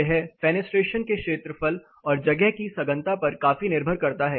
यह फेनेस्ट्रेशन के क्षेत्रफल और जगह की सघनता पर काफी निर्भर करता है